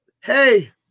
hey